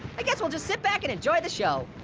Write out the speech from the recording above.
i guess we'll just sit back and enjoy the show.